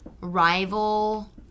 rival